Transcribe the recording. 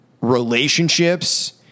relationships